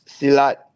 silat